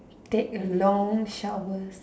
take a long shower